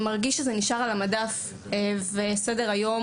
זה מרגיש שהספר נשאר על המדף וסדר היום